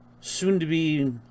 soon-to-be